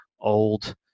old